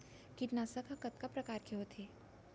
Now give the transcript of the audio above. कीटनाशक ह कतका प्रकार के होथे?